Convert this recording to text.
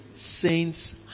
saints